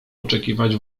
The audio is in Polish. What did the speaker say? oczekiwać